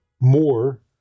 more